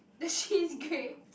the shit is grey